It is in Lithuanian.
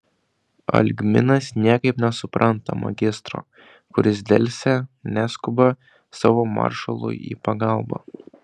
algminas niekaip nesupranta magistro kuris delsia neskuba savo maršalui į pagalbą